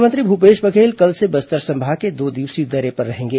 मुख्यमंत्री भूपेश बघेल कल से बस्तर संभाग के दो दिवसीय दौरे पर रहेंगे